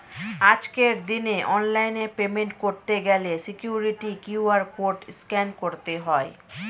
আজকের দিনে অনলাইনে পেমেন্ট করতে গেলে সিকিউরিটি কিউ.আর কোড স্ক্যান করতে হয়